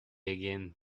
again